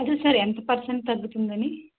అదే సార్ ఎంత పర్సెంట్ తగ్గుతుందని